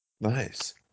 Nice